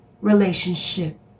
relationship